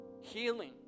healing